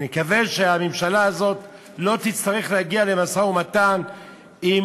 נקווה שהממשלה הזאת לא תצטרך להגיע למשא-ומתן עם